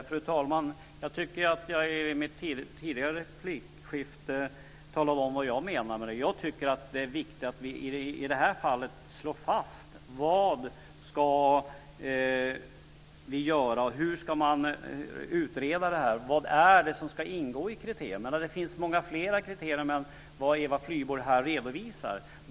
Fru talman! Jag tycker att jag i mitt tidigare replikskifte talade om vad jag menar med god kvalitet. Jag tycker att det är viktigt att vi i det här fallet slår fast vad vi ska göra. Hur ska vi utreda detta? Vad ska ingå i kriterierna? Det finns många fler kriterier än de som Eva Flyborg här redovisar.